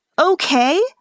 okay